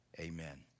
Amen